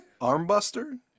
Armbuster